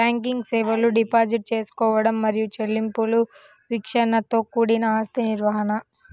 banking సేవలు deposit తీసుకోవడం మరియు చెల్లింపులు విచక్షణతో కూడిన ఆస్తి నిర్వహణ,